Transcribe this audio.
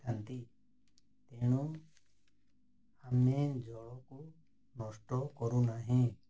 ଥାନ୍ତି ତେଣୁ ଆମେ ଜଳକୁ ନଷ୍ଟ କରୁନାହିଁ